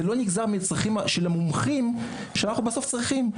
זה לא נגזר מצרכים של המומחים שאנחנו בסוף צריכים.